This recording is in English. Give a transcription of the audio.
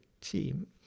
team